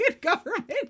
government